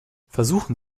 versuchen